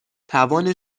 توان